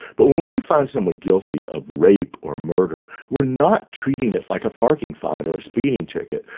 but when we find someone guilty of rape or murder, we are not treating it like a parking fine or a speeding ticket.